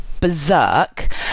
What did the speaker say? berserk